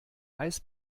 eis